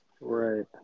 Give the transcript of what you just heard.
Right